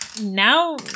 now